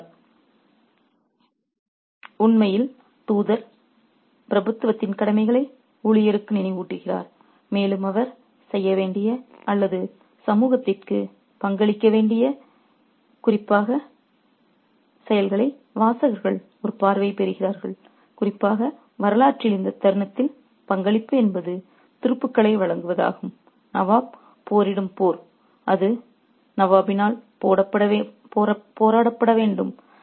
எனவே தூதர் உண்மையில் பிரபுத்துவத்தின் கடமைகளை ஊழியருக்கு நினைவூட்டுகிறார் மேலும் அவர் செய்ய வேண்டிய அல்லது சமூகத்திற்கு பங்களிக்க வேண்டிய செயல்களை வாசகர்கள் ஒரு பார்வை பெறுகிறார்கள் குறிப்பாக வரலாற்றில் இந்த தருணத்தில் பங்களிப்பு என்பது துருப்புக்களை வழங்குவதாகும் நவாப் போரிடும் போர் அது நவாபினால் போராடப்பட வேண்டும்